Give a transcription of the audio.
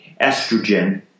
estrogen